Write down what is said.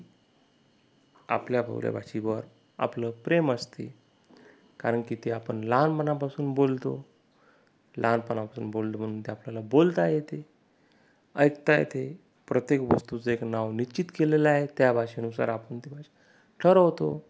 आपल्या बोबड्या भाषेवर आपलं प्रेम असते कारण की ते आपन लहानपणापासून बोलतो लहानपणापासून बोललं म्हणून ते आपल्याला बोलता येते ऐकता येते प्रत्येक वस्तूचं एक नाव निश्चित केलेलं आहे त्या भाषेनुसार आपण ती भाषा ठरवतो